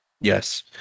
yes